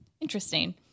interesting